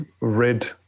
read